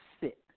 sit